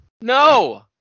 No